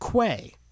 Quay